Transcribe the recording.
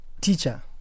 teacher